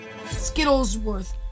Skittlesworth